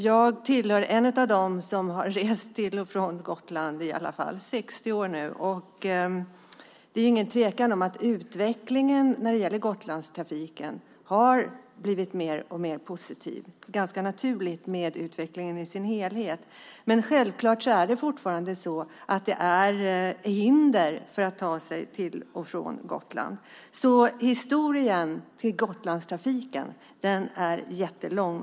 Jag är en av dem som har rest till och från Gotland i alla fall i 60 år nu, och det är ingen tvekan om att utvecklingen när det gäller Gotlandstrafiken har blivit mer och mer positiv. Det är ganska naturligt med tanke på utvecklingen i sin helhet. Men självklart är det fortfarande så att det finns hinder för att ta sig till och från Gotland. Så historien om Gotlandstrafiken är jättelång.